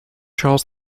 charles